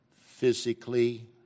physically